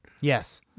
Yes